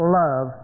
love